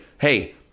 hey